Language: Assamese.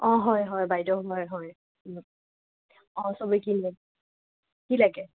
অঁ হয় হয় বাইদেউ হয় হয় অঁ চবেই কিনে কি লাগে